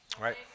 Right